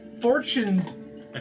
fortune